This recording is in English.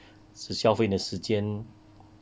只消费你的时间